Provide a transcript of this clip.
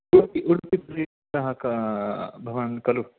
उडुपि उडुपिप्रदेशतः क भवान् खलु